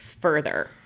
further